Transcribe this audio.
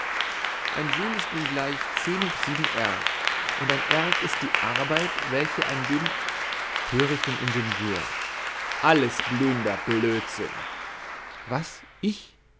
ein joule ist nun gleich zehn hoch sieben erg und ein erg ist die arbeit welche ein dyn höre ich den ingenieur alles blühender blödsinn was ich